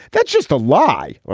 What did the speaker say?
that's just a lie.